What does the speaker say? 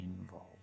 involved